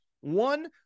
One